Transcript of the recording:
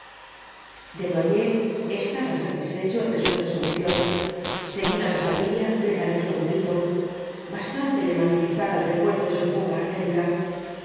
desnoyers estaba satisfecho de su resolución seguir á la familia le parecía un delito bastante le martirizaba el recuerdo de su fuga á américa